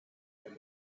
him